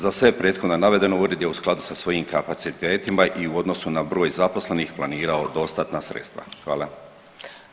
Za sve prethodno navedeno ured je u skladu sa svojim kapacitetima i u odnosu na broj zaposlenih planirao dostatna sredstva.